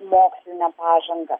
moksline pažanga